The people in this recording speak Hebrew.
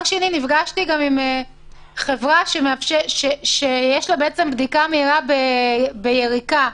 נפגשתי עם חברה שיש לה בדיקה מהירה ביריקה.